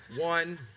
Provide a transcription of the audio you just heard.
One